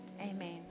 amen